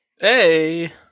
Hey